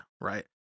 right